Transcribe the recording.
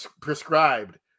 prescribed